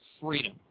freedom